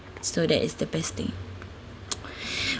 so that is the best day